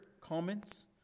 comments